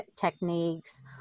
techniques